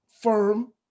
firm